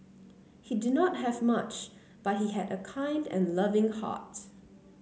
he did not have much but he had a kind and loving heart